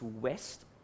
west